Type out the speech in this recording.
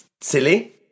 silly